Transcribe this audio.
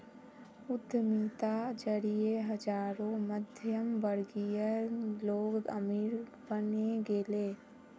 उद्यमिता जरिए हजारों मध्यमवर्गीय लोग अमीर बने गेले